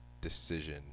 decision